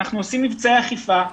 אנחנו מבצעי אכיפה,